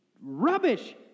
rubbish